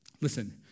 Listen